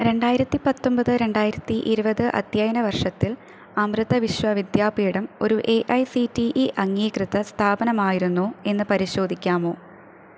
രണ്ടായിരത്തി പത്തൊമ്പത് രണ്ടായിരത്തി ഇരുപത് അധ്യയന വർഷത്തിൽ അമൃത വിശ്വവിദ്യാപീഠം ഒരു A I C T E അംഗീകൃത സ്ഥാപനമായിരുന്നോ എന്ന് പരിശോധിക്കാമോ